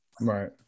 right